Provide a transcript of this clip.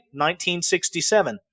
1967